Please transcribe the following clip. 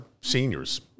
seniors